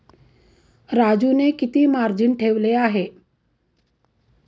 राजूने किती मार्जिन ठेवले आहे?